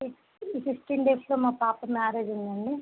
ఫిఫ్ ఈ ఫిఫ్టీన్ డేస్లో మా పాప మ్యారేజ్ ఉందండి